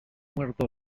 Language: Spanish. muerto